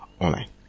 online